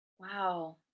Wow